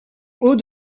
haut